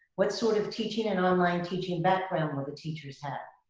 what sort of teaching and online teaching background will the teachers have?